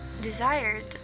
desired